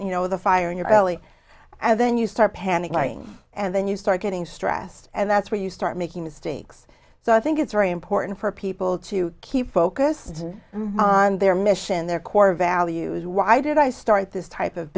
you know the fire in your belly and then you start panicking and then you start getting stressed and that's where you start making mistakes so i think it's very important for people to keep focused on their mission their core values why did i start this type of